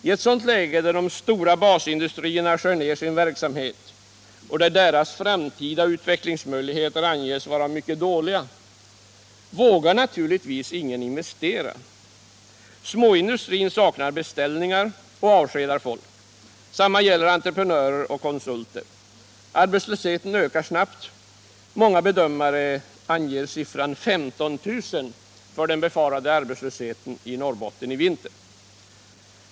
I ett läge där de stora basindustrierna skär ned sin verksamhet och deras framtida utvecklingsmöjligheter anges vara mycket dåliga, vågar naturligtvis ingen investera. Småindustrin saknar beställningar och avskedar folk. Detsamma gäller för entreprenörer och konsulter. Arbetslösheten ökar snabbt. Många bedömare anger siffran 15 000 för den befarade arbetslösheten i Norrbotten i vinter.